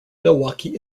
milwaukee